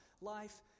Life